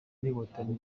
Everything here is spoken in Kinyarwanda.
n’inkotanyi